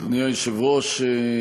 אדוני היושב-ראש,